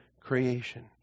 creation